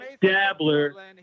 dabbler